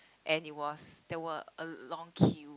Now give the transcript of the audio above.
and it was there were a long queue